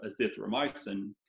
azithromycin